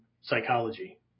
psychology